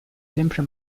sempre